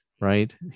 right